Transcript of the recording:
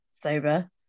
sober